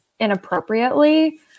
inappropriately